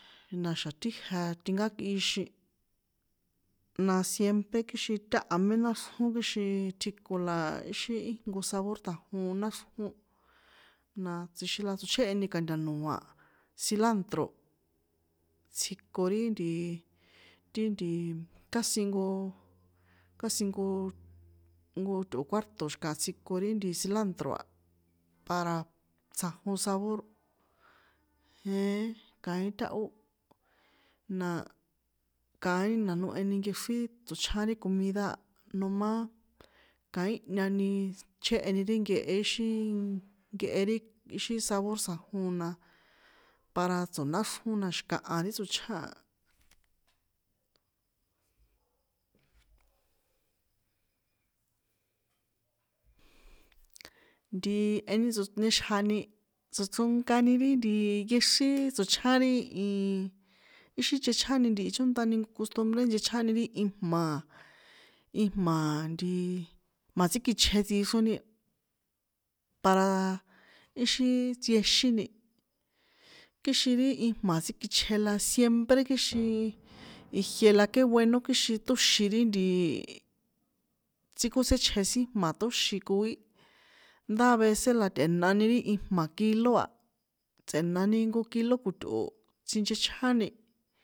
Na̱xa̱ tijie tinkákꞌixin, na siempre kixin táha mé náxrjón kixin tjiko la íxi íjnko sabor ṭjanjon la náxrjón, na tsjixin la tsochjéheni ka̱ntanoa, cilántro̱ tsjiko ri nti, ti nti casi nko casi nko, nko tꞌo̱cuarto xikaha tsjiko ri cilantro a para tsjanjon sabor jeén kaín táhó, na kaíni na noheni nkexrin tsochján ri comida a nom. a kaínhani chjéheni ri nkehe íxin nkehe ri íxi sabor tsjanjon na para tsonáxrjón na xi̱kaha ri tsochján. Jeheni tsonixjani tsochronkani ri nti nkexrín tsochján ri nti íxin nchechjáni ntihi chontani nko costumbre nchechjáni ri ijma̱, ijma̱-a̱ nti, jma̱tsꞌikꞌichje tixroni, para íxin tsiexíni, kixin ri ijma̱ tsíkꞌichje la siempre kixin ijie la ke bueno kixin ṭóxin ri ntiii, tsíkótséchjen sin jma̱ ṭóxi koi ndá avece la tꞌe̱nani ri ijma̱ kilo a, tsꞌe̱nani nko kilo ko̱tꞌo̱ tsinchechjáni.